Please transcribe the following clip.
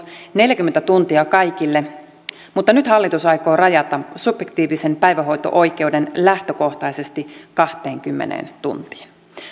neljäkymmentä tuntia kaikille mutta nyt hallitus aikoo rajata subjektiivisen päivähoito oikeuden lähtökohtaisesti kahteenkymmeneen tuntiin